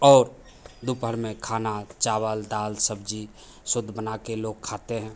और दोपहर में खाना चावल दाल सब्ज़ी शुद्ध बनाकर लोग खाते हैं